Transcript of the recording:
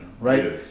Right